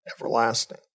everlasting